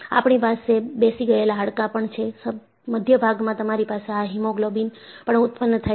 આપણી પાસે બેસી ગયેલા હાડકાં પણ છે મધ્ય ભાગમાં તમારી પાસે આ હિમોગ્લોબિન પણ ઉત્પન્ન થાય છે